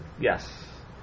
yes